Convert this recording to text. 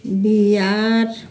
Bihar